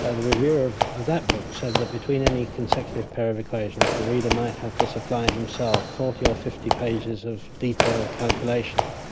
ah the reviewer of of that book said that between any consecutive pair of equations the reader might have to supply himself forty or fifty pages of detailed calculation.